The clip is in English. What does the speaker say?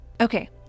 Okay